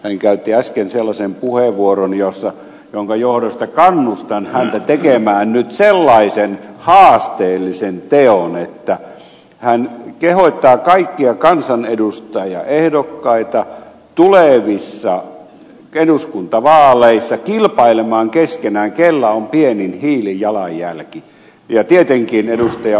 hän käytti äsken sellaisen puheenvuoron jonka johdosta kannustan häntä tekemään nyt sellaisen haasteellisen teon että hän kehottaa kaikkia kansanedustajaehdokkaita tulevissa eduskuntavaaleissa kilpailemaan keskenään kellä on pienin hiilijalanjälki ja tietenkin ed